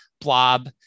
blob